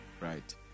right